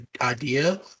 idea